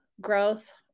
growth